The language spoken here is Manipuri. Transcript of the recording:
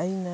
ꯑꯩꯅ